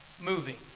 moving